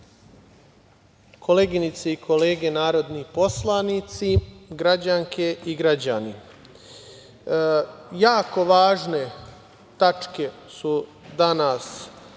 koleginice i kolege narodni poslanici, građanke i građani, jako važne tačke su danas